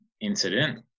incident